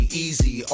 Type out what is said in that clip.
easy